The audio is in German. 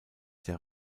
der